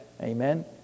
Amen